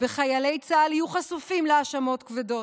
וחיילי צה"ל יהיו חשופים להאשמות כבדות,